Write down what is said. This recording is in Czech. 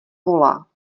volá